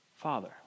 father